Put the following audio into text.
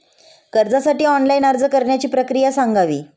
कर्जासाठी ऑनलाइन अर्ज करण्याची प्रक्रिया सांगावी